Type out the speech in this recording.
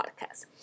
podcast